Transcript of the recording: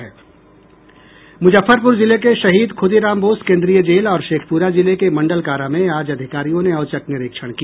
मुजफ्फरपुर जिले के शहीद खुदी राम बोस केन्द्रीय जेल और शेखपुरा जिले के मंडल कारा में आज अधिकारियों ने औचक निरीक्षण किया